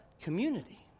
community